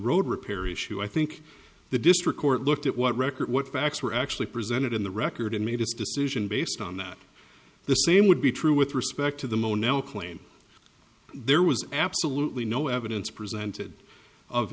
road repair issue i think the district court looked at what record what facts were actually presented in the record and made its decision based on that the same would be true with respect to the mo now claim there was absolutely no evidence presented of